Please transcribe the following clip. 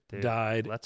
died